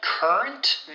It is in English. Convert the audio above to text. Current